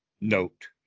note